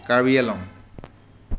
Karbi Anglong